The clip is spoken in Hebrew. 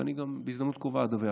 ואני גם בהזדמנות קרובה אדווח.